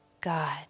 God